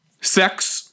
Sex